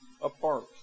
apart